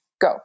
Go